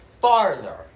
farther